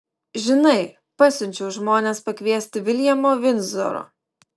žinai pasiunčiau žmones pakviesti viljamo vindzoro